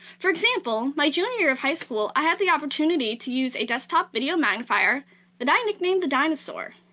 for example, my junior year of high school, i had the opportunity to use a desktop video magnifier that i nicknamed the dinosaur.